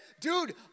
Dude